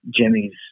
Jimmy's